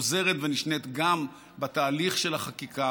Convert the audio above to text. חוזרת ונשנית גם בתהליך של החקיקה,